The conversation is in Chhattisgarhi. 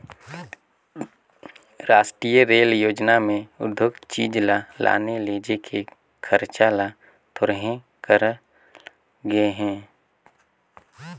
रास्टीय रेल योजना में उद्योग चीच ल लाने लेजे के खरचा ल थोरहें करल गे हे